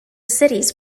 cities